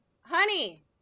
Honey